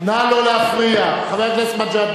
אינו נוכח אריאל אטיאס,